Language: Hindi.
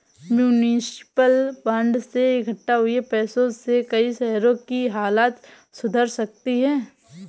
म्युनिसिपल बांड से इक्कठा हुए पैसों से कई शहरों की हालत सुधर सकती है